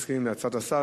אתם מסכימים להצעת השר.